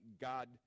God